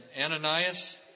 Ananias